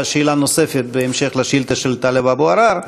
שאלה נוספת בהמשך השאילתה של טלב אבו עראר,